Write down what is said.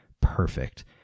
perfect